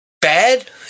bad